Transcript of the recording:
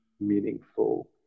meaningful